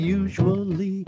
usually